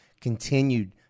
Continued